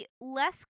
less